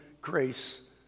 grace